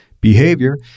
behavior